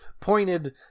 pointed